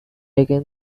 again